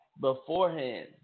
beforehand